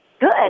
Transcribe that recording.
Good